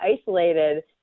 isolated